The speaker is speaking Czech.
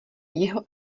jeho